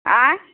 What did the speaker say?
आँय